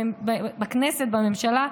הכנסת, בכנסת, בממשלה,